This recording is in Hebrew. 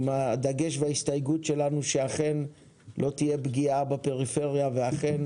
עם הדגש וההסתייגות שלנו שאכן לא תהיה פגיעה בפריפריה ואכן